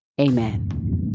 Amen